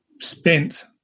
spent